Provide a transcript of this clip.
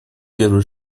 первый